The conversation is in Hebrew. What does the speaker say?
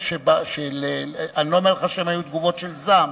אני לא אומר לך שהיו תגובות של זעם,